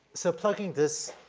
so plugging this